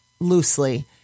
loosely